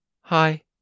Hi